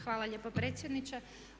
Hvala lijepa predsjedniče.